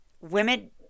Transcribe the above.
Women